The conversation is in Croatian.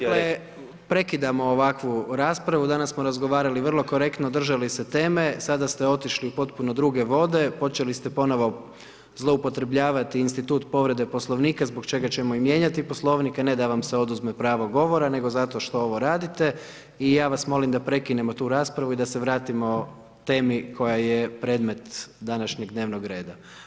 Dakle, prekidamo ovakvu raspravu, danas smo razgovarali vrlo korektno, držali se teme, sada ste otišli u potpune druge vode, počeli ste ponovno zloupotrebljavati institut povrede Poslovnika zbog čega ćemo i mijenjati Poslovnik, a ne da vam se oduzme pravo govora nego zato što ovo radite i ja vas molim da prekinemo tu raspravu i da se vratimo temi koja je predmet današnjeg dnevnog reda.